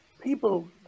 people